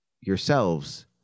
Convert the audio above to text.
yourselves